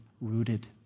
rooted